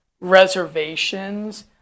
reservations